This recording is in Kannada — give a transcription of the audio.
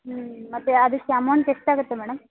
ಹ್ಞೂ ಮತ್ತು ಅದಕ್ಕೆ ಅಮೌಂಟ್ ಎಷ್ಟಾಗುತ್ತೆ ಮೇಡಮ್